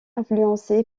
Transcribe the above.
influencée